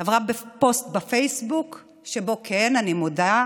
עברה בפוסט בפייסבוק, שבו, כן, אני מודה,